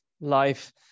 life